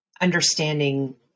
understanding